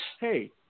hey